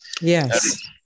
Yes